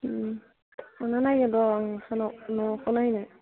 थांना नायगोन र' आं नोंसानाव न'खौ नायनो